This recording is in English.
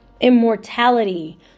immortality